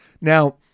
Now